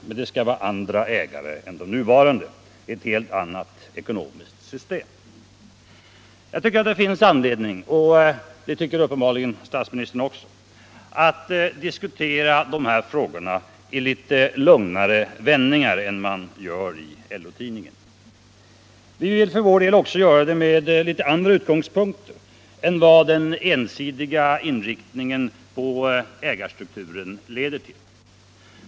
Men det skall vara andra ägare än de nuvarande. Ett helt annat ekonomiskt system. Jag tycker det finns anledning, och det tycker uppenbarligen statsministern också, att diskutera de här frågorna i litet lugnare vändningar än man gör i LO-tidningen. Vi vill för vår del också göra det med andra utgångspunkter än vad den ensidiga inriktningen på ägarstrukturen leder till.